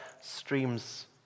streams